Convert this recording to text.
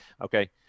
Okay